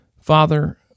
Father